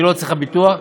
היא לא צריכה ביטוח.